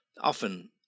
often